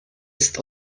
ist